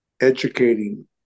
educating